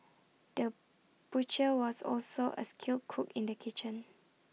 the butcher was also A skilled cook in the kitchen